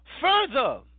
further